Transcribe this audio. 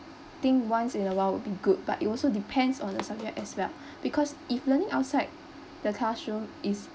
think once in a while will be good but it also depends on the subject as well because if learning outside the classroom is